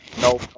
no